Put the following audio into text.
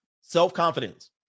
Self-confidence